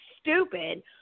stupid